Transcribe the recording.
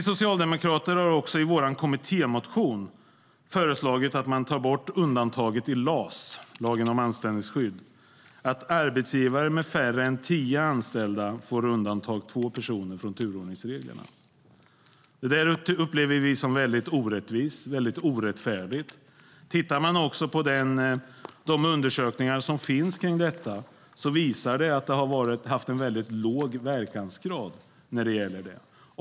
Vi socialdemokrater har också i vår kommittémotion föreslagit att man tar bort undantaget i LAS, lagen om anställningsskydd, att arbetsgivare med färre än tio anställda får undanta två personer från turordningsreglerna. Det upplever vi som mycket orättvist och orättfärdigt. De undersökningar som finns kring detta visar att detta har haft låg verkan.